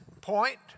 point